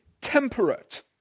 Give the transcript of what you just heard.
temperate